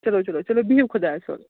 چلو چلو چلو بِہِو خۄدایَس حوال